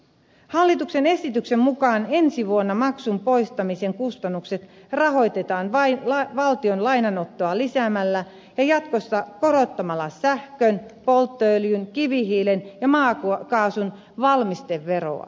hallituksen esityksen mukaan ensi vuonna maksun poistamisen kustannukset rahoitetaan vain valtion lainanottoa lisäämällä ja jatkossa korottamalla sähkön polttoöljyn kivihiilen ja maakaasun valmisteveroa